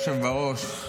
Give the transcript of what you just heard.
בראש,